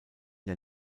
der